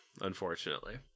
unfortunately